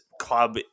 club